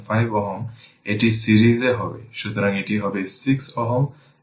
সুতরাং এটি হবে 6 Ω এবং এটি হবে 3 Ω